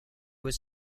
was